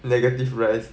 negative rise